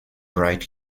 bright